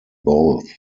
both